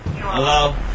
Hello